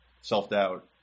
self-doubt